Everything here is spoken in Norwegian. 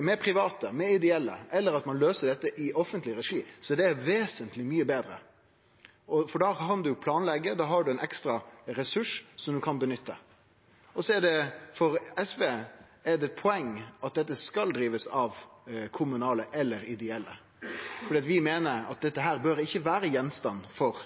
med private, med ideelle – eller at ein løyser dette i offentleg regi, er det vesentleg mykje betre, for da kan ein planleggje, da har ein ein ekstra ressurs som ein kan bruke. For SV er det eit poeng at dette skal drivast av kommunale – eller av ideelle – for vi meiner at dette ikkje bør vere gjenstand for